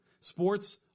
Sports